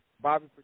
Bobby